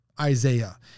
Isaiah